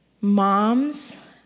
mom's